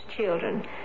children